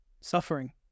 Suffering